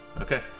Okay